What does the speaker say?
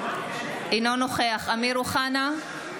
אינו נוכח אמיר אוחנה,